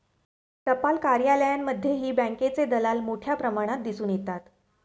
टपाल कार्यालयांमध्येही बँकेचे दलाल मोठ्या प्रमाणात दिसून येतात